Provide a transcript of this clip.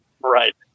Right